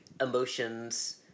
emotions